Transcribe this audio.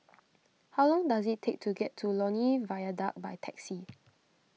how long does it take to get to Lornie Viaduct by taxi